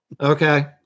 Okay